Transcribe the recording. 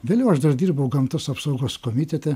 vėliau aš dar dirbau gamtos apsaugos komitete